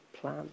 plan